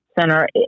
center